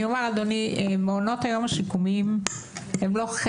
כן, אני אשמח, אדוני, אני אשמח מאוד.